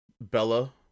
Bella